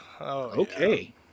okay